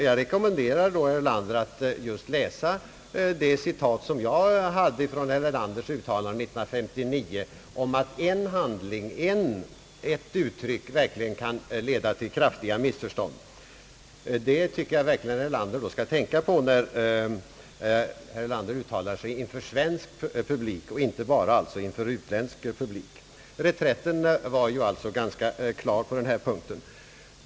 Jag rekommenderar då herr Erlander att läsa just det citat som jag tog från herr Erlanders uttalande 1959 att en handling, ett uttryck verkligen kan leda till kraftiga missförstånd. Det tycker jag herr Erlander skall tänka på när han uttalar sig inför svensk publik, inte bara när han uttalar sig inför utländsk. Reträtten på denna punkt var ju ganska klar.